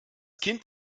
kind